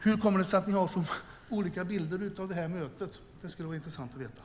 Hur kommer det sig att ni har så olika bilder av det mötet? Det skulle vara intressant att få veta.